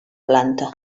planta